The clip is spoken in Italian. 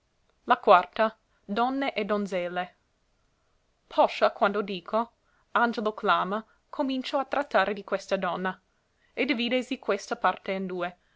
la quarta donne e donzelle poscia quando dico angelo clama comincio a trattare di questa donna e dividesi questa parte in due